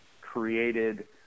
created